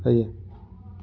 ଆଜ୍ଞା